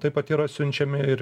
taip pat yra siunčiami ir